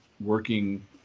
working